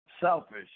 selfish